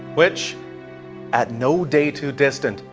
which at no day too distant,